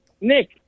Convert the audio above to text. nick